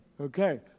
Okay